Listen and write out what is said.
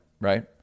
right